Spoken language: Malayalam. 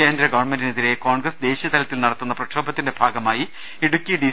കേന്ദ്ര ഗവൺമെന്റിനെതിരെ കോൺഗ്രസ് ദേശീയതലത്തിൽ നടത്തുന്ന പ്രക്ഷോഭത്തിന്റെ ഭാഗമായി ഇടുക്കി ഡി